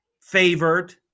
favored